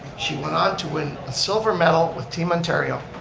she went on to win a silver medal with team ontario,